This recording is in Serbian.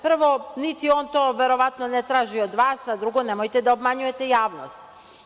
Prvo, niti on to verovatno ne traži od vas, a drugo nemojte da obmanjujete javnost.